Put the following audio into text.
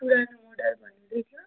पुरानो मोडल भन्नु हुँदै थियो